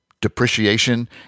depreciation